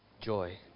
joy